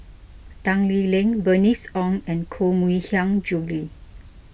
Tan Lee Leng Bernice Ong and Koh Mui Hiang Julie